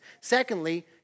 Secondly